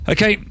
Okay